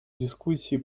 дискуссии